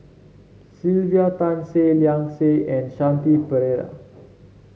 Sylvia Tan Seah Liang Seah and Shanti Pereira